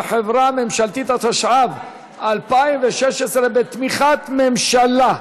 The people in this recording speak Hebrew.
התשע"ז 2017, לוועדת הכספים נתקבלה.